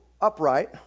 Upright